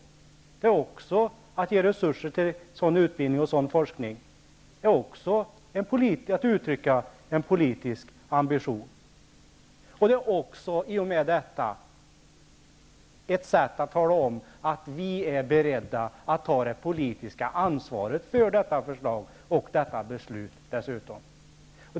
Att ge resurser till sådan utbildning och sådan forskning innebär också att man uttrycker en politiskt ambition. Det är också i och med detta ett sätt att tala om att vi är beredda att ta det politiska ansvaret för detta förslag och dessutom för detta beslut.